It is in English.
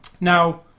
now